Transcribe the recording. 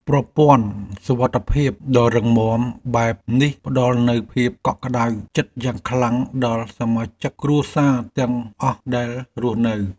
ប្រព័ន្ធសុវត្ថិភាពដ៏រឹងមាំបែបនេះផ្តល់នូវភាពកក់ក្តៅចិត្តយ៉ាងខ្លាំងដល់សមាជិកគ្រួសារទាំងអស់ដែលរស់។